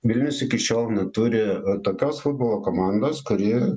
vilnius iki šiol neturi tokios futbolo komandos kuri